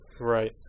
right